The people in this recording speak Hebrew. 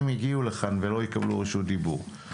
הגיעו לכאן ולא יקבלו רשות דיבור.